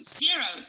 zero